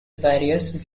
various